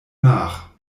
nach